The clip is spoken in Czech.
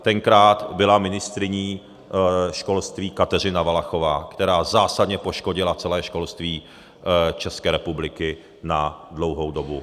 Tenkrát byla ministryní školství Kateřina Valachová, která zásadně poškodila celé školství ČR na dlouhou dobu.